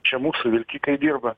čia mūsų vilkikai dirba